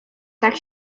tak